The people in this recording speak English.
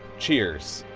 cheers